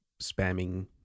spamming